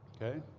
ok?